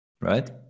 right